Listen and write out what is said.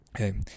Okay